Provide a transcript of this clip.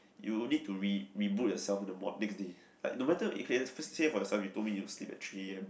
you need to re~ reboot yourself in the mor~ next day like no matter okay let's see it for yourself you told me you sleep at three a_m